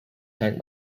tank